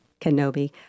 Kenobi